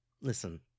Listen